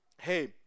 hey